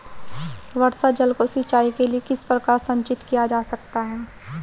वर्षा जल को सिंचाई के लिए किस प्रकार संचित किया जा सकता है?